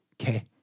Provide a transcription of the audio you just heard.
Okay